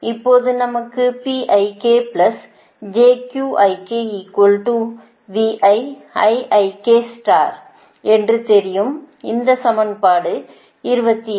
இப்போது நமக்கு என்று தெரியும் இந்த சமன்பாடு 28